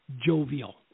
jovial